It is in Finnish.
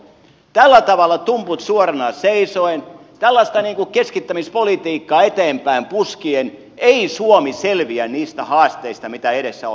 tällä tavalla tumput suorana seisoen tällaista keskittämispolitiikkaa eteenpäin puskien ei suomi selviä niistä haasteista mitä edessä on